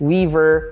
Weaver